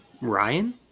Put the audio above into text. Ryan